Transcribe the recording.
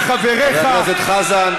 במדינה אחרת אתה וחבריך, חבר הכנסת חזן.